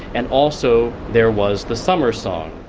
and also there was the summer song.